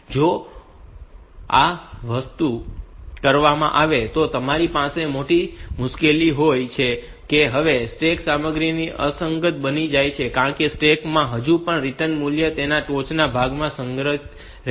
હવે જો આ વસ્તુ કરવામાં આવે તો તમારી પાસે મોટી મુશ્કેલી એ હોય છે કે હવે સ્ટેક સામગ્રી અસંગત બની જાય છે કારણ કે સ્ટેક માં હજુ પણ રિટર્ન મૂલ્ય તેના ટોચના ભાગમાં સંગ્રહિત રહેશે